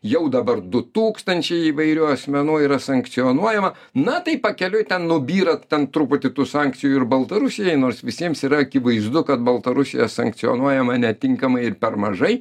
jau dabar du tūkstančiai įvairių asmenų yra sankcionuojama na tai pakeliui ten nubyra ten truputį tų sankcijų ir baltarusijai nors visiems yra akivaizdu kad baltarusija sankcionuojama netinkamai ir per mažai